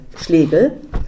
Schlegel